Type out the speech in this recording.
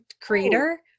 creator